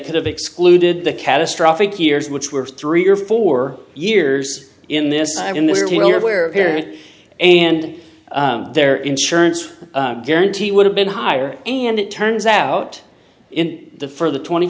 could have excluded the catastrophic years which were three or four years in this i mean there were a period and their insurance guarantee would have been higher and it turns out in the for the twenty